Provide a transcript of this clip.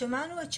שמענו את שחר,